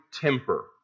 temper